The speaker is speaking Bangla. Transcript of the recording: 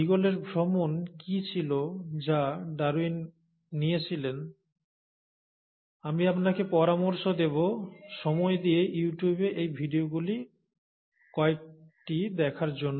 বিগলের ভ্রমণ কি ছিল যা ডারউইন নিয়েছিলেন আমি আপনাকে পরামর্শ দেব সময় দিয়ে ইউ টিউবে এই ভিডিওগুলির কয়েকটি দেখার জন্য